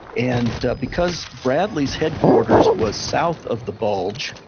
and because bradley's headquarters was south of the bulge,